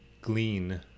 glean